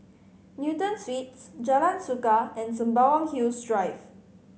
Newton Suites Jalan Suka and Sembawang Hills Drive